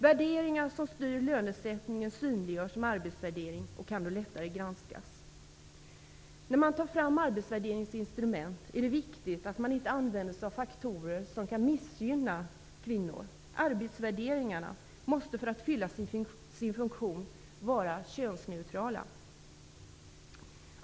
Värderingar som styr lönesättningen synliggörs med arbetsvärdering och kan då lättare granskas. När man tar fram arbetsvärderingsinstrument är det viktigt att man inte använder sig av faktorer som kan missgynna kvinnorna. Arbetsvärderingarna måste för att de skall fylla sin funktion vara könsneutrala.